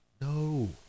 No